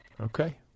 Okay